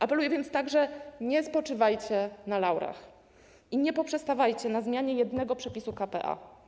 Apeluję więc także: nie spoczywajcie na laurach i nie poprzestawajcie na zmianie jednego przepisu k.p.a.